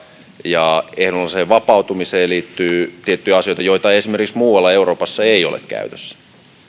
ja ehdonalaiseen vapautumiseen liittyy tiettyjä asioita joita esimerkiksi muualla euroopassa ei ole käytössä